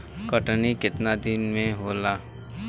कटनी केतना दिन में होला?